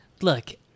look